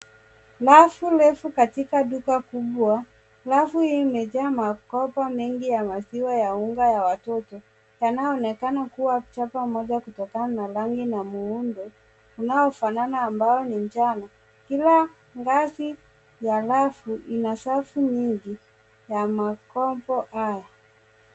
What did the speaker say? Rafu ndefu katika duka kubwa. Rafu hii imejaa makopo mengi ya maziwa ya unga ya watoto yanayoonekana kuwa chapa moja kutokana na rangi na muundo unaofanana ambao ni njano. Kila ngazi ya rafu ina safu nyingi ya makopo haya.